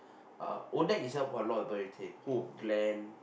uh Odac itself a lot of people retain Glenn